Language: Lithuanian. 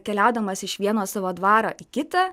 keliaudamas iš vieno savo dvaro į kitą